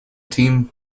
team